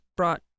brought